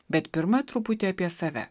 bet pirma truputį apie save